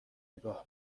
نگاه